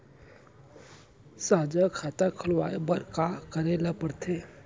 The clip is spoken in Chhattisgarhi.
साझा खाता खोलवाये बर का का करे ल पढ़थे?